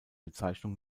bezeichnung